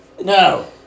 No